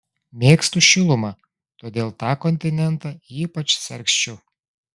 mėgstu šilumą todėl tą kontinentą ypač sergsčiu